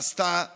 עשתה להם.